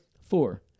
Four